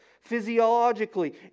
physiologically